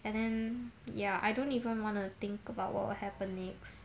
and then ya I don't even wanna think about what will happen next